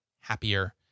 happier